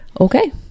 Okay